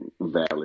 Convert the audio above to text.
Valley